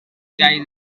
guy